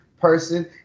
person